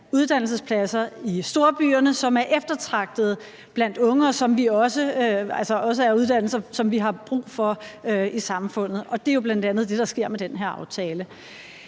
uddannelsespladser i storbyerne, som er eftertragtede blandt unge, og som også er uddannelser, vi har brug for i samfundet, og det er jo bl.a. det, der sker med den her aftale.